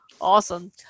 Awesome